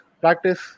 practice